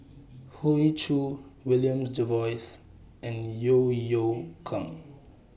Hoey Choo William Jervois and Yeo Yeow Kwang